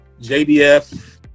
jbf